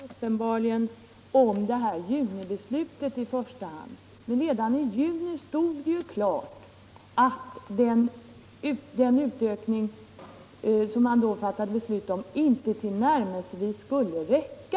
Herr talman! Statsrådet Mogård talar uppenbarligen fortfarande i första hand om junibeslutet. Men redan i juni stod det ju klart att den utökning som man då fattade beslut om inte tillnärmelsevis skulle räcka.